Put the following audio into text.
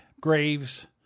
graves